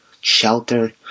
Shelter